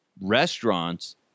restaurants